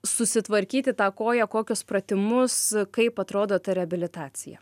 susitvarkyti tą koją kokius pratimus kaip atrodo ta reabilitacija